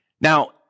Now